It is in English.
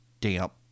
damp